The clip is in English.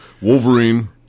Wolverine